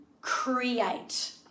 create